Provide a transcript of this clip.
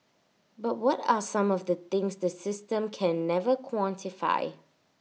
but what are some of the things the system can never quantify